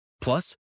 Plus